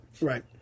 right